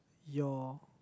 your